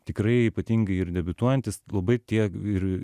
tikrai ypatingai ir debiutuojantis labai tie ir ir